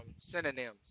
synonyms